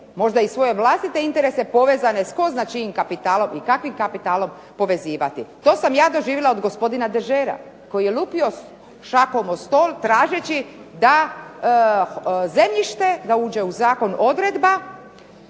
možda i svoje vlastite interese povezane s tko zna čijim kapitalom i kakvim kapitalom, povezivati. To sam ja doživjela od gospodina Degerta koji je lupio šakom od stol tražeći da zemljište, da uđe u zakon odredba